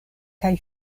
kaj